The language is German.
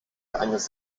eines